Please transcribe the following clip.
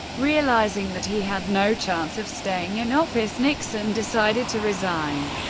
realizing that he had no chance of staying in office, nixon decided to resign.